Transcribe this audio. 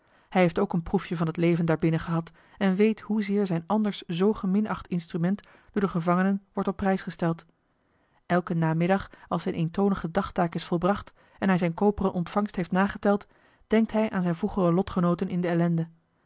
hij heeft ook een proefje van het leven daarbinnen gehad en weet hoezeer zijn anders zoo geminacht instrument door de gevangenen wordt op prijs gesteld elken namiddag als zijn eentonige dagtaak is volbracht en hij zijn koperen ontvangst heeft nageteld denkt hij aan zijne vroegere lotgenooten in de ellende